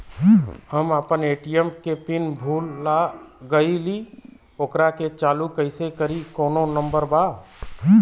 हम अपना ए.टी.एम के पिन भूला गईली ओकरा के चालू कइसे करी कौनो नंबर बा?